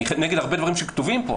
אני נגד הרבה דברים שכתובים פה,